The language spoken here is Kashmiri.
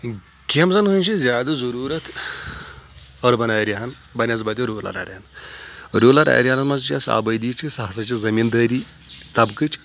گیمزَن ہٕنز چھِ زیادٕ ضروٗرتھ أربن ایریاہن بَنسبَتہِ روٗلر ایریاہَن روٗلر ایریاہن منٛز یۄس آبٲدی چھِ سۄ ہسا چھِ زٔمیٖندٲری طبقٕچ